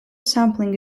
sampling